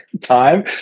time